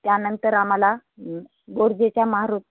त्यानंतर आम्हाला गोरजेच्या मारू